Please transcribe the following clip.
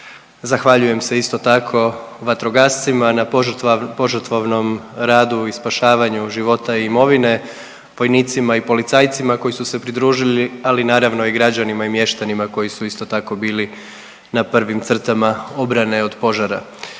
Zahvaljujem se isto tako vatrogascima na požrtvovnom radu i spašavanju života i imovine, vojnicima i policajcima koji su se pridružili, ali naravno i građanima i mještanima koji su isto tako bili na prvim crtama obrane od požara.